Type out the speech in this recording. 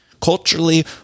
Culturally